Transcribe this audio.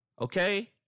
Okay